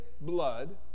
blood